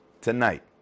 Tonight